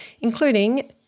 including